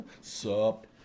Sup